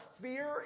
fear